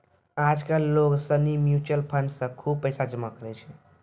आज कल लोग सनी म्यूचुअल फंड मे खुब पैसा जमा करै छै